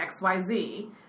XYZ